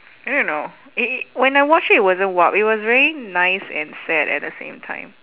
I don't know it when I watch it it wasn't warped it was very nice and sad at the same time